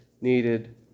needed